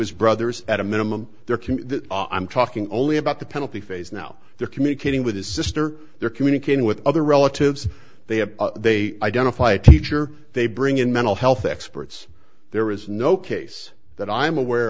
his brothers at a minimum they're can i'm talking only about the penalty phase now they're communicating with his sister they're communicating with other relatives they have they identify a teacher they bring in mental health experts there is no case that i'm aware